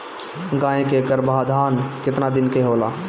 गाय के गरभाधान केतना दिन के होला?